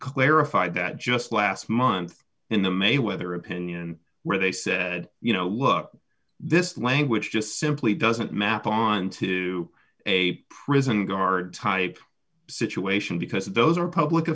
clarified that just last month in the mayweather opinion where they said you know look this language just simply doesn't map on to a prison guard type situation because those are public